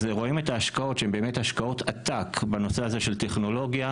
רואים את ההשקעות שהן באמת השקעות עתק בנושא הזה של טכנולוגיה,